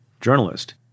journalist